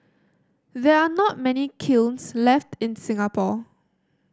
there are not many kilns left in Singapore